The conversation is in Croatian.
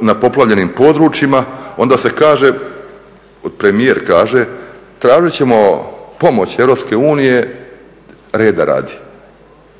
na poplavljenim područjima, onda se kaže, premijer kaže, tražit ćemo pomoć EU reda radi.